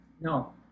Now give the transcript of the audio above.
No